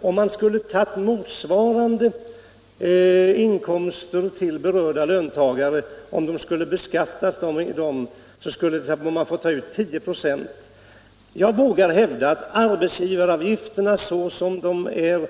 Om de berörda löntagarna hade fått motsvarande lönehöjningar som då hade beskattats, hade vi fått ta ut 10 96. Jag vågar hävda att arbetsgivaravgifterna så som de är